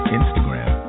instagram